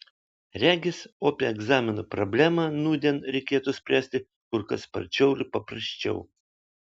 regis opią egzaminų problemą nūdien reikėtų spręsti kur kas sparčiau ir paprasčiau